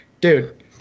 dude